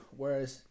whereas